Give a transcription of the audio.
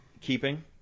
keeping